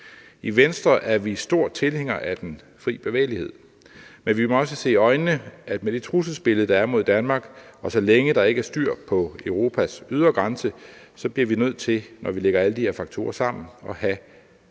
I Venstre er vi stor tilhænger af den fri bevægelighed, men vi må også se i øjnene, at med det trusselsbillede, der er mod Danmark, og så længe der ikke er styr på Europas ydre grænse, bliver vi nødt til, når vi lægger alle de her faktorer sammen, at have